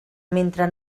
mentre